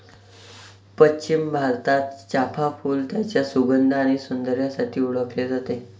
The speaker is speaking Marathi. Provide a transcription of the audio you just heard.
पश्चिम भारतात, चाफ़ा फूल त्याच्या सुगंध आणि सौंदर्यासाठी ओळखले जाते